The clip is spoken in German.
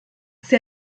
sie